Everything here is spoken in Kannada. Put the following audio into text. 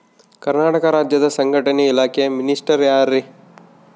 ಕರ್ನಾಟಕ ರಾಜ್ಯದ ಸಂಘಟನೆ ಇಲಾಖೆಯ ಮಿನಿಸ್ಟರ್ ಯಾರ್ರಿ?